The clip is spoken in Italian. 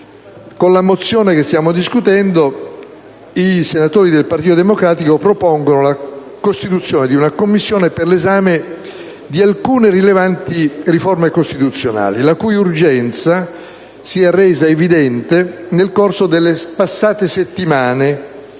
Con la mozione che stiamo discutendo, i senatori del Partito Democratico propongono la costituzione di una Commissione per l'esame di alcune rilevanti riforme costituzionali, la cui urgenza si è resa evidente nel corso delle settimane